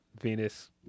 Venus